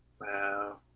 Wow